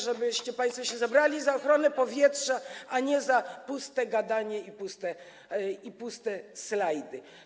żebyście państwo się zabrali za ochronę powietrza, a nie za puste gadanie i puste slajdy.